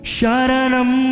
Sharanam